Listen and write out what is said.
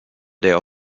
der